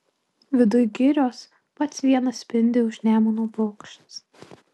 viduj girios pats vienas spindi už nemuno bokštas